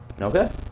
Okay